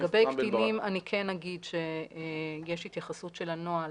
לגבי קטינים אני כן אגיד שיש התייחסות של הנוהל